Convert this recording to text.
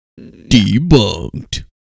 Debunked